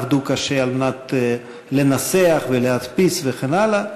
עבדו קשה על מנת לנסח ולהדפיס וכן הלאה.